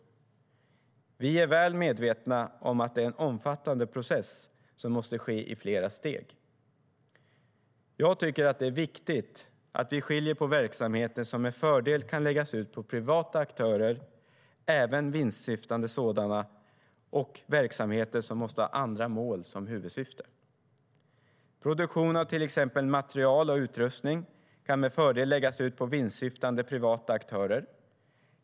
Vi är väl medvetna om att det är en omfattande process som måste ske i flera steg. Produktion av till exempel material och utrustning kan med fördel läggas ut på vinstsyftande privata aktörer.